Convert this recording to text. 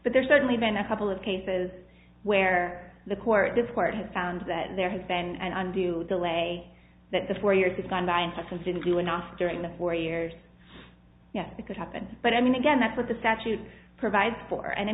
but there's certainly been a couple of cases where the court reporter has found that there has been an undue delay that the four years has gone by and such as didn't do enough during the four years yes because happened but i mean again that's what the statute provides for and